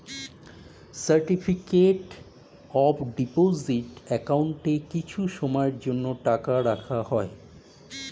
certificate of deposit অ্যাকাউন্টে কিছু সময়ের জন্য টাকা রাখা হয়